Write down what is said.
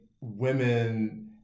women